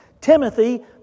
Timothy